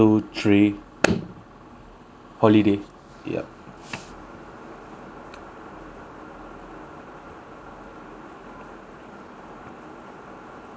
holiday ya